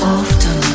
often